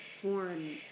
sworn